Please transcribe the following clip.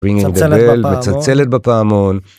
מצלצלת בפעמון